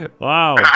Wow